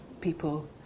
people